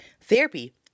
therapy